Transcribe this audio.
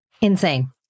Insane